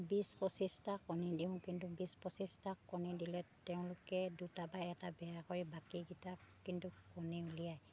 বিছ পঁচিছটা কণী দিওঁ কিন্তু বিছ পঁচিছটা কণী দিলে তেওঁলোকে দুটা বা এটা বেয়া কৰি বাকীকেইটা কিন্তু কণী উলিয়াই